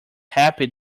happy